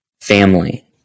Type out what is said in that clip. family